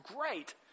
great